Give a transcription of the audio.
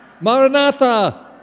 Maranatha